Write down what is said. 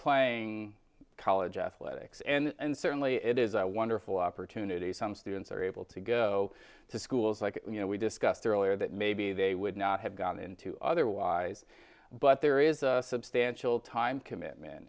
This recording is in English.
playing college athletics and certainly it is a wonderful opportunity some students are able to go to schools like you know we discussed earlier that maybe they would not have gotten into otherwise but there is a substantial time commitment